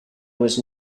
was